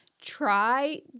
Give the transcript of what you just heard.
try